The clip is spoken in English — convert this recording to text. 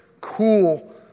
cool